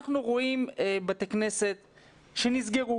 אנחנו רואים בתי כנסת שנסגרו,